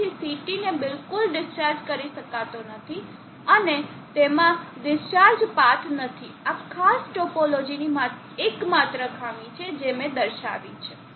તેથી CT ને બિલકુલ ડિસ્ચાર્જ કરી શકાતો નથી અને તેમાં ડિસ્ચાર્જ પાથ નથી આ ખાસ ટોપોલોજીની આ એકમાત્ર ખામી છે જે મેં દર્શાવી છે